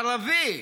ערבי,